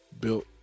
Built